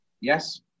Yes